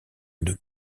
une